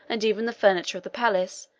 and even the furniture of the palace,